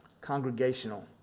Congregational